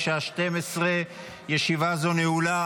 בשעה 12:00. ישיבה זו נעולה,